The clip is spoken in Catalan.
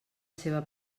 seva